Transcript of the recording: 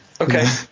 Okay